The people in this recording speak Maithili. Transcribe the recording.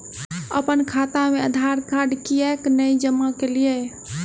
अप्पन खाता मे आधारकार्ड कियाक नै जमा केलियै?